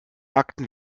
akten